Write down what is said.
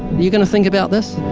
you going to think about this?